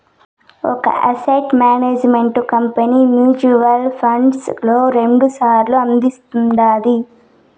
ఒక asset management company mutual funds లో రెండు ప్లాన్లు అందిస్తుండాది